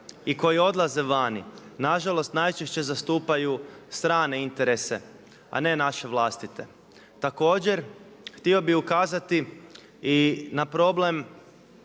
i koji odlaze vani, nažalost najčešće zastupaju strane interese, a ne naše vlastite. Također htio bih ukazati i na problem